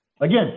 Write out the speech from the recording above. Again